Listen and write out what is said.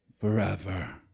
forever